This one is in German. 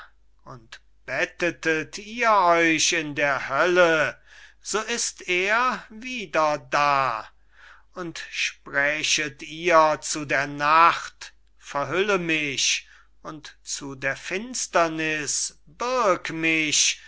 und bettetet ihr euch in der hölle so ist er wieder da und sprächet ihr zu der nacht verhülle mich und zu der finsterniß birg mich